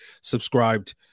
subscribed